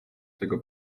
tego